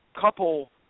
couple